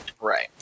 Right